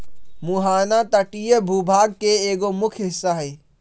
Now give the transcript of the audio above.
मुहाना तटीय भूभाग के एगो मुख्य हिस्सा हई